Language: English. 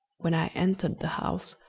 when i entered the house,